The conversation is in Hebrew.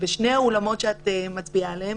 נציג אותה, נקריא ונצביע גם.